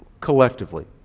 collectively